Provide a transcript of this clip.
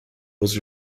was